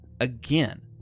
again